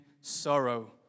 sorrow